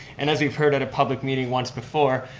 and as we've heard at a public meeting once before,